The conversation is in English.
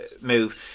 move